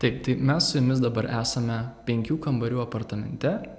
taip tai mes su jumis dabar esame penkių kambarių apartamente